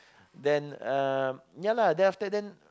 then um yeah lah then after then